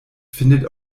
findet